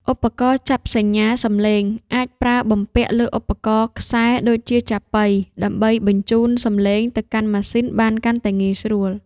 ឧបករណ៍ចាប់សញ្ញាសំឡេង អាចប្រើបំពាក់លើឧបករណ៍ខ្សែដូចជាចាប៉ី ដើម្បីបញ្ជូនសំឡេងទៅកាន់ម៉ាស៊ីនបានកាន់តែងាយស្រួល។